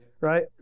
right